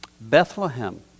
Bethlehem